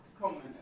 comment